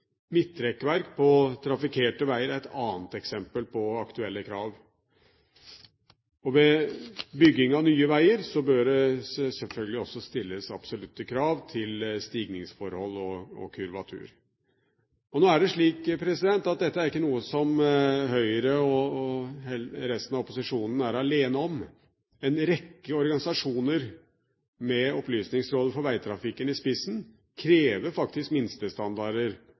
på trafikkerte veier er et annet eksempel på aktuelle krav. Og ved bygging av nye veier bør det selvfølgelig stilles absolutte krav til stigningsforhold og kurvatur. Nå er det slik at dette ikke er noe som Høyre og resten av opposisjonen er alene om å mene. En rekke organisasjoner, med Opplysningsrådet for Veitrafikken i spissen, krever minstestandarder